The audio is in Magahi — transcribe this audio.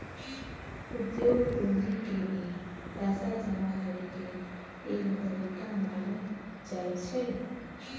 उद्योग पूंजी के भी पैसा जमा करे के एगो तरीका मानल जाई छई